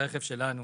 לבדוק